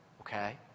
Okay